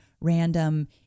random